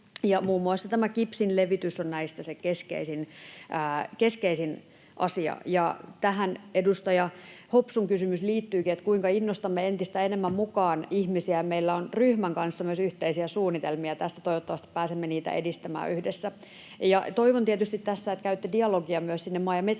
muun muassa tämä kipsin levitys on näistä se keskeisin asia. Edustaja Hopsun kysymys liittyikin tähän, kuinka innostamme entistä enemmän ihmisiä mukaan. Meillä on ryhmän kanssa myös yhteisiä suunnitelmia tästä, ja toivottavasti pääsemme niitä edistämään yhdessä. Toivon tietysti tässä, että käytte dialogia myös sinne maa- ja